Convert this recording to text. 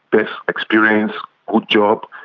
but experience, good job.